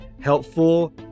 helpful